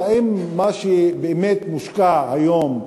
והאם מה שבאמת מושקע היום במשרדך,